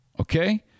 Okay